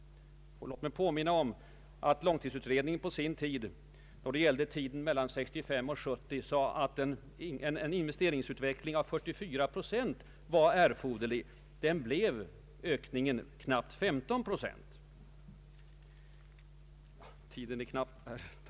Låt mig påminna om att långtidsutredningen för åren 1965 till 1970 ansåg att en investeringsutveckling på 44 procent var erforderlig. Den blev knappt 15 procent;